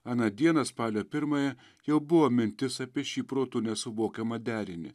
aną dieną spalio pirmąją jau buvo mintis apie šį protu nesuvokiamą derinį